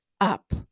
up